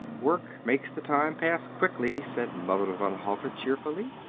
work makes the time pass quickly, said mother van hove cheerfully.